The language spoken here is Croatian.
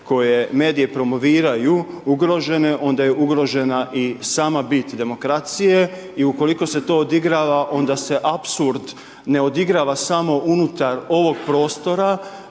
koje medije promoviraju ugrožene, onda je ugrožena i sama bit demokracije, i ukoliko se to odigrava, onda se apsurd ne odigrava samo unutar ovog prostora,